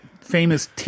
famous